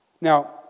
Now